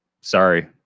sorry